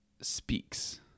speaks